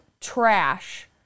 trash